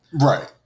Right